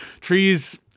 Trees